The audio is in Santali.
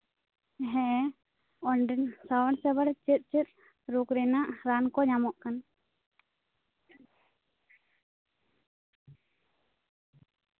ᱦᱮᱸ ᱚᱸᱰᱮ ᱥᱟᱶᱟᱨ ᱥᱮᱵᱟ ᱨᱮ ᱪᱮᱫᱼᱪᱮᱫ ᱨᱳᱜᱽ ᱨᱮᱭᱟᱜ ᱨᱟᱱ ᱠᱚ ᱧᱟᱢᱚᱜ ᱠᱟᱱᱟ